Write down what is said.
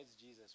Jesus